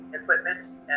equipment